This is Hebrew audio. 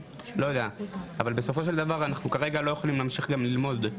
אבל בסופו של דבר אנחנו כרגע לא יכולים להמשיך ללמוד,